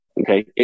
Okay